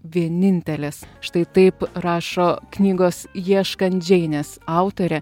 vienintelės štai taip rašo knygos ieškant džeinės autorė